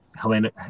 Helena